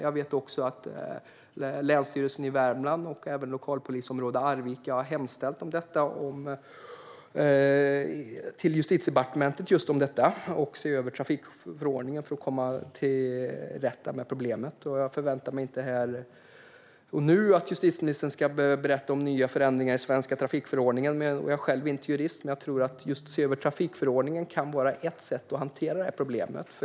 Jag vet att Länsstyrelsen i Värmlands län och även lokalpolisområde Arvika har hemställt om detta hos Justitiedepartementet. Det handlar alltså om att se över trafikförordningen för att komma till rätta med problemet. Jag förväntar mig inte att justitieministern här och nu ska börja berätta om förändringar i den svenska trafikförordningen. Jag är själv inte jurist, men jag tror att just att se över trafikförordningen kan vara ett sätt att hantera det här problemet.